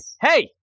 Hey